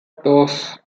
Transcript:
dos